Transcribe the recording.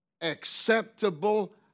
Acceptable